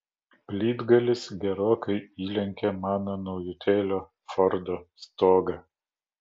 plytgalis gerokai įlenkė mano naujutėlio fordo stogą